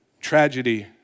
tragedy